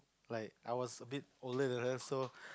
like I was a bit older than her so